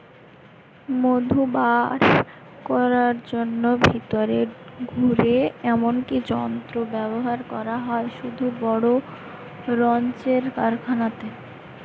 মধু বার কোরার জন্যে ভিতরে ঘুরে এমনি যন্ত্র ব্যাভার করা হয় শুধু বড় রক্মের কারখানাতে